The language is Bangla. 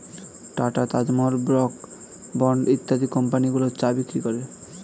টাটা, তাজমহল, ব্রুক বন্ড ইত্যাদি কোম্পানিগুলো চা বিক্রি করে